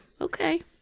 okay